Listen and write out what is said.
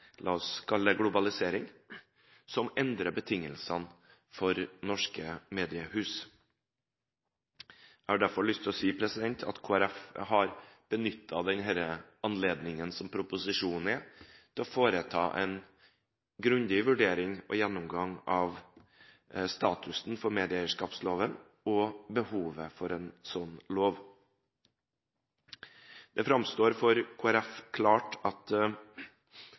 la oss kalle det globalisering – som endrer betingelsene for norske mediehus. Jeg har derfor lyst til å si at Kristelig Folkeparti har benyttet denne anledningen som proposisjonen er, til å foreta en grundig vurdering og gjennomgang av statusen for medieeierskapsloven og behovet for en slik lov. Det framstår som klart for Kristelig Folkeparti at